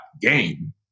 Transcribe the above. game